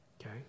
okay